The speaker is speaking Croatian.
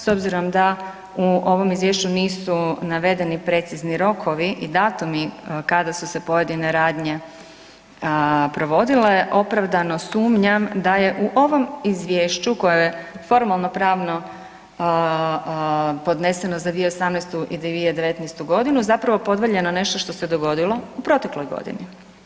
S obzirom da u ovoj Izvješću nisu navedeni precizni rokovi i datumi kada su se pojedine radnje provodile opravdano sumnjam da je u ovom Izvješću koje je formalnopravno podneseno za 2018. i 2019. godinu zapravo podvaljeno nešto što se dogodilo u protekloj godini.